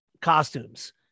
Costumes